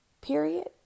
Period